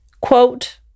Quote